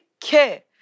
care